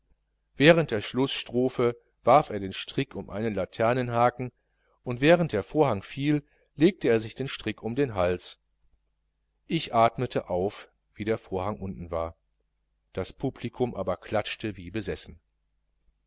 während der schlußstrophe warf er den strick um einen laternenhaken und während der vorhang fiel legt er sich den strick um den hals ich atmete auf wie der vorhang unten war das publikum aber klatschte wie besessen